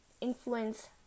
influence